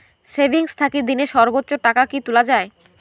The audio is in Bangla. সেভিঙ্গস থাকি দিনে সর্বোচ্চ টাকা কি তুলা য়ায়?